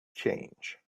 change